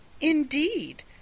Indeed